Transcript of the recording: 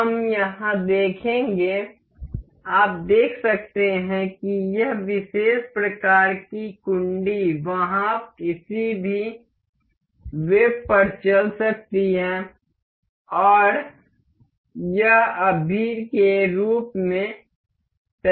हम यहां देखेंगे आप देख सकते हैं कि यह विशेष प्रकार की कुंडी वहां किसी भी वेब पर चल सकती है और यह अभी के रूप में तय नहीं है